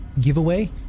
giveaway